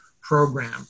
program